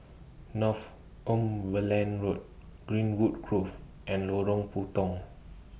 Northumberland Road Greenwood Grove and Lorong Puntong